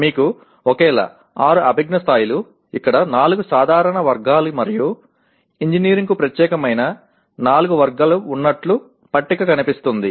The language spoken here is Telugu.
మీకు ఒకేలా 6 అభిజ్ఞా స్థాయిలు ఇక్కడ 4 సాధారణ వర్గాలు మరియు ఇంజనీరింగ్కు ప్రత్యేకమైన 4 వర్గం ఉన్నట్లు పట్టిక కనిపిస్తుంది